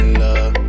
love